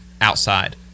outside